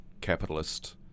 capitalist